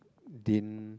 didn't